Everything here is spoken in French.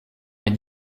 mais